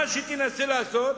מה שתנסה לעשות,